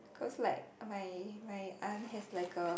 cause like my my aunt has like a